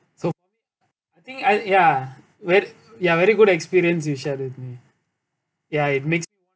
so I think I ya ver~ ya very good experience you shared with me ya it makes